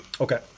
okay